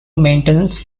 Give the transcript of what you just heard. maintenance